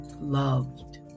loved